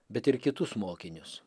bet ir kitus mokinius